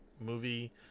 movie